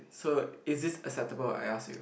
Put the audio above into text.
so is this acceptable I ask you